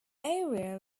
area